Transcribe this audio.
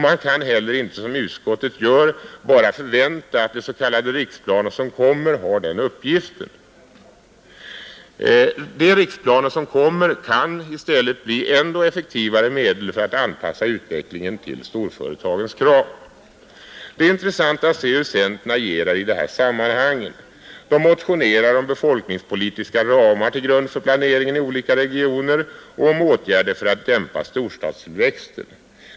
Man kan heller inte, som utskottet gör, bara förvänta att de s.k. 43 riksplaner som kommer har den uppgiften. De riksplaner som kommer kan i stället bli ännu effektivare medel för att anpassa utvecklingen till storföretagens krav. Det är intressant att se hur centern agerar i de här sammanhangen. Partiet motionerar om befolkningspolitiska ramar till grund för planeringen i olika regioner och om åtgärder för att dämpa storstadstillväxten.